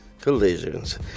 collisions